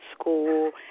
school